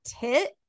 tit